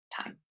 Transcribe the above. time